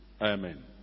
Amen